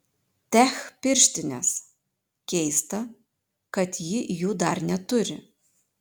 tech pirštinės keista kad ji jų dar neturi